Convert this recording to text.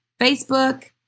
Facebook